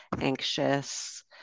Anxious